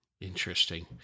Interesting